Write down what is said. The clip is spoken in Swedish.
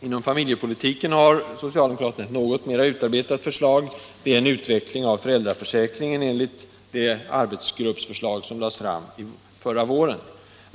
Inom familjepolitiken har socialdemokraterna ett något mer utarbetat förslag, nämligen en utveckling av föräldraförsäkringen enligt det arbetsgruppsförslag som lades fram förra våren.